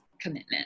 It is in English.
commitment